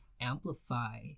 amplify